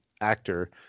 actor